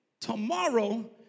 tomorrow